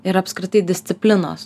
ir apskritai disciplinos